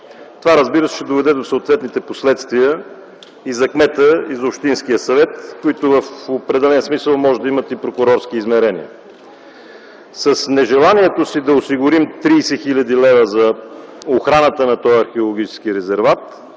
Това, разбира се, ще доведе до съответните последствия и за кмета, и за общинския съвет, които в определен смисъл може да имат и прокурорски измерения. С нежеланието си да осигурим 30 хил. лв. за охраната на този археологически резерват